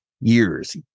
years